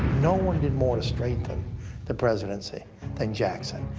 no one did more to strengthen the presidency than jackson.